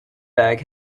bag